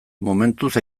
momentuz